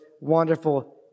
wonderful